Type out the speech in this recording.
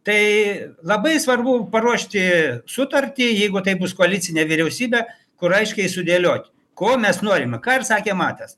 tai labai svarbu paruošti sutartį jeigu tai bus koalicinė vyriausybė kur aiškiai sudėlioti ko mes norime ką ir sakė matas